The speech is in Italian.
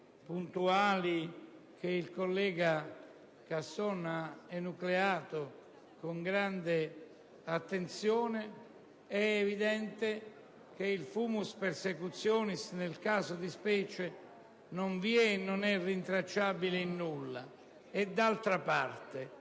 puntuali che il collega Casson ha enucleato con grande attenzione, è evidente che il *fumus persecutionis* nel caso in specie non vi è e non è rintracciabile in alcunché. E d'altra parte,